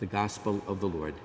the gospel of the lord